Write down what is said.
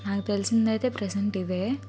నాకు తెలిసిందైతే ప్రెజెంట్ ఇదే